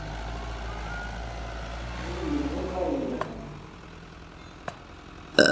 ᱤᱧ ᱫᱚ ᱵᱤᱨᱵᱷᱩᱢ ᱠᱷᱚᱱᱟᱜ ᱤᱧ ᱞᱟᱹᱭᱮᱫ ᱠᱟᱱ ᱛᱟᱦᱮᱸᱱᱟ